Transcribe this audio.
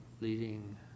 leading